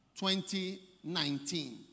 2019